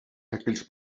aquells